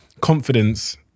confidence